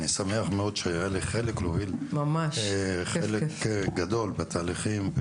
אני שמח מאוד שהיה לי חלק גדול בתהליכים,